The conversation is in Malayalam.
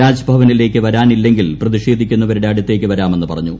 രാജ്ഭവനിലേക്ക് വരാനില്ലെങ്കിൽ പ്രതിഷ്ഠേശീക്കുന്നവരുടെ അടുത്തേക്ക് വരാമെന്ന് പറഞ്ഞു